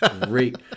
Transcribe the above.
great